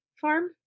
farm